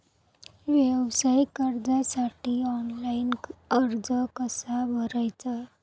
व्यवसाय कर्जासाठी ऑनलाइन अर्ज कसा भरायचा?